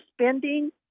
spending